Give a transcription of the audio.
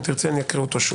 אם תרצי, אקריא אותו שוב.